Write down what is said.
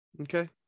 okay